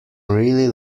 really